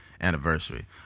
anniversary